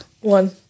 One